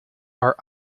are